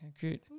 Good